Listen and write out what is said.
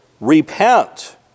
Repent